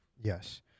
Yes